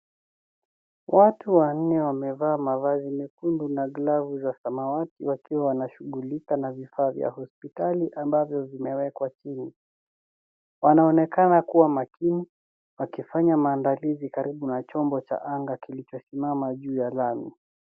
Watu wanne wamevaa mavazi mekundu na glovu za samawati wakiwa wanashughulika na vifaa vya hospitali ambavyo vimewekwa chini, wanaonekana kuwa makini wakifanya maandalizi karibu na chombo cha anga kilichosimama juu ya lami.